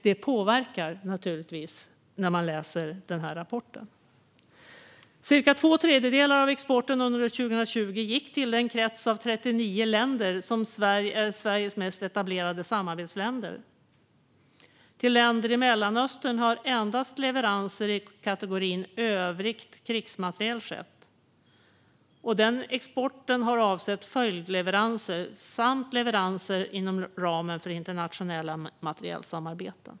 Det påverkar när man läser den här rapporten. Cirka två tredjedelar av exporten under 2020 gick till de 39 länder som är Sveriges mest etablerade samarbetsländer. Till länder i Mellanöstern har endast leveranser i kategorin övrig krigsmateriel skett. Den exporten har avsett följdleveranser samt leveranser inom ramen för internationella materielsamarbeten.